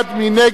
מי נגד?